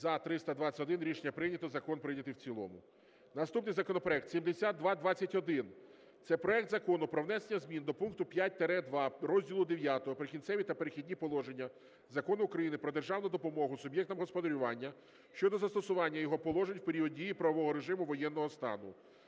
За-321 Рішення прийнято. Закон прийнятий в цілому. Наступний законопроект 7221. Це проект Закону про внесення змін до пункту 5 - 2 розділу 9 "Прикінцеві та перехідні положення" Закону України "Про державну допомогу суб’єктам господарювання" (щодо застосування його положень в період дії правового режиму воєнного стану).